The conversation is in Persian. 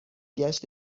گشت